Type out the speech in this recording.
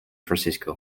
francisco